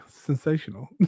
sensational